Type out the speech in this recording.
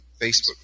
Facebook